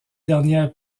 dernière